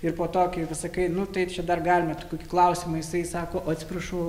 ir po to kai pasakai nu tai čia dar galima tokių tai klausimą jisai sako o atsiprašau